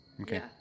Okay